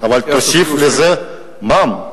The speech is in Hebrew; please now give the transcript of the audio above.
אבל, תוסיף לזה מע"מ.